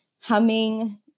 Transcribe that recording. humming